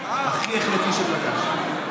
הכי החלטי שפגשתי.